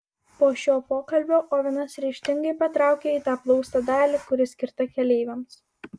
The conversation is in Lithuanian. po šio pokalbio ovenas ryžtingai patraukė į tą plausto dalį kuri skirta keleiviams